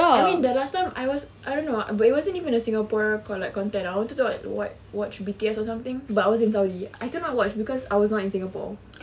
I mean the last time was I don't know but it wasn't even a singapore content [tau] I wanted to watch~ watch B_T_S or something but I was in saudi I cannot watch because I was not in singapore